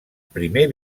primer